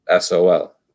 SOL